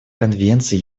конвенция